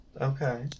Okay